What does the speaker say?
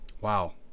wow